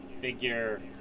figure